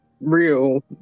real